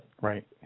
Right